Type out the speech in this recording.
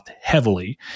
heavily